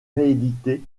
réédité